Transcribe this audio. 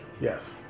Yes